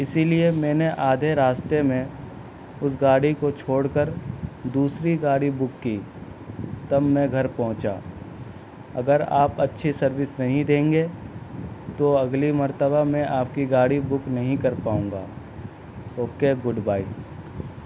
اسی لیے میں نے آدھے راستہ میں اس گاڑی کو چھوڑ کر دوسری گاڑی بک کی تب میں گھر پہنچا اگر آپ اچھی سروس نہیں دیں گے تو اگلی مرتبہ میں آپ کی گاڑی بک نہیں کر پاؤں گا اوکے گڈ بائے